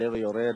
להחליט.